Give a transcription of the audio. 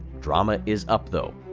drama is up though.